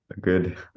good